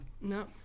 No